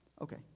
Okay